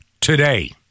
today